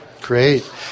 Great